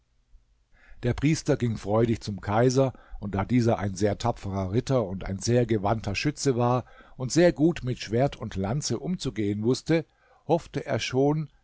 der priester ging freudig zum kaiser und da dieser ein sehr tapferer ritter und ein sehr gewandter schütze war und sehr gut mit schwert und lanze umzugehen wußte hoffte er schon